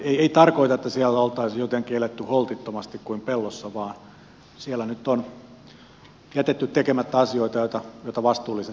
ei tarkoita että siellä olisi jotenkin eletty holtittomasti kuin pellossa vaan siellä nyt on jätetty tekemättä asioita joita vastuulliset päättäjät tekevät